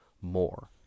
more